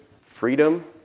freedom